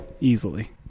Easily